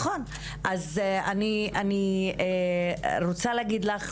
אז אני רוצה להגיד לך,